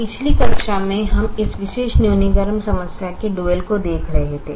पिछली कक्षा में हम इस विशेष न्यूनीकरण समस्या के डुअल को देख रहे थे